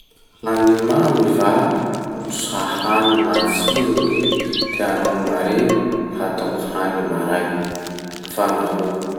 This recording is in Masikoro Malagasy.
Hany mamy va sa hany matsiro gny tianao mare hatao hany maray? Fa nahoa?